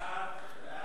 ההצעה